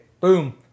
boom